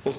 Jeg